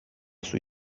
sui